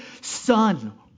son